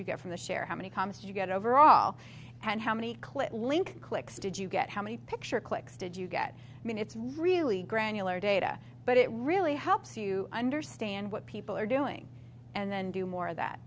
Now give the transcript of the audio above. you got from the share how many commas you got overall and how many clipped link clicks did you get how many picture clicks did you get i mean it's really granular data but it really helps you understand what people are doing and then do more of that